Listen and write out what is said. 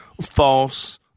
false